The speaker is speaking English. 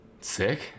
Sick